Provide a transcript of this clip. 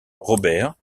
robert